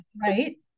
right